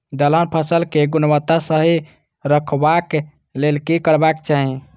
दलहन फसल केय गुणवत्ता सही रखवाक लेल की करबाक चाहि?